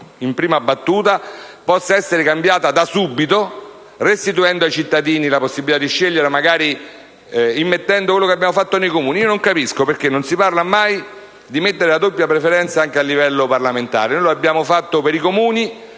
in prima battuta, possa essere cambiata da subito, restituendo ai cittadini la possibilità di scegliere, magari pensando a quello che abbiamo fatto per i Comuni. Non capisco infatti perché non si parli mai di introdurre la doppia preferenza anche alle elezioni politiche. Lo abbiamo fatto per i Comuni,